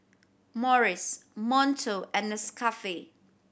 Morries Monto and Nescafe